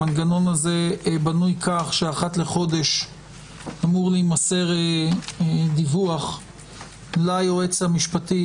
המנגנון הזה בנוי כך שאחת לחודש אמור להימסר דיווח ליועץ המשפטי